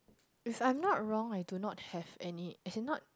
if I'm not wrong I do not have any as in not